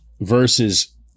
versus